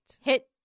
hit –